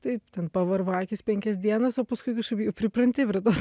taip ten pavarva akys penkias dienas o paskui kažkaip pripranti prie tos